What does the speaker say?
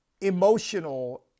emotional